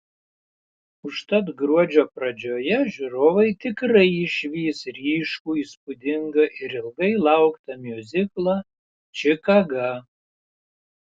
užtat gruodžio pradžioje žiūrovai tikrai išvys ryškų įspūdingą ir ilgai lauktą miuziklą čikaga